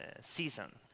season